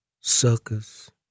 suckers